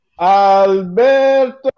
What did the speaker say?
Alberto